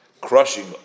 crushing